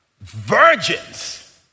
virgins